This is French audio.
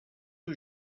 rue